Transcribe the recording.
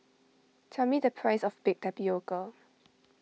tell me the price of Baked Tapioca